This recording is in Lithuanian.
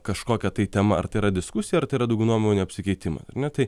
kažkokia tai tema ar tai yra diskusija ar tai yra daugiau nuomonių apsikeitimai ar ne tai